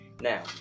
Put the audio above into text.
Now